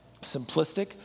simplistic